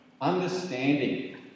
Understanding